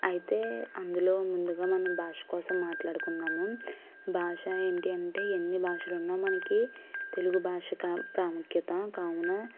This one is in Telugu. అయితే అందులో ముందుగా మనం భాష కోసం మాట్లాడుకున్నాము భాష ఏంటి అంటే ఎన్ని భాషలు ఉన్నా మనకి తెలుగు భాషగా ప్రాముఖ్యత కావున